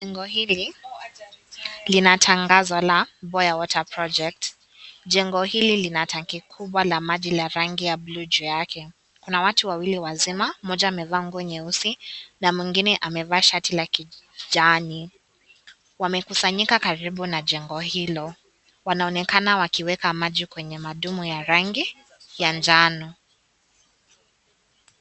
Jengo hili lina tangazo la BOYA WATER PROJECT, jengo hili lina tanki kubwa la maji ya rangi ya bluu juu yake. Kuna watu wawili wazima mmoja amevaa nguo nyeusi na mwingine amevaa shati la kijani. Wamekusanyika karibu na jengo hilo, wanaonekana wakiweka maji kwenye madumu ya rangi ya njano.